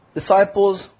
Disciples